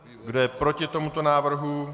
Kdo je proti tomuto návrhu?